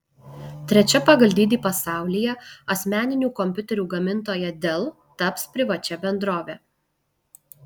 trečia pagal dydį pasaulyje asmeninių kompiuterių gamintoja dell taps privačia bendrove